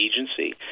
agency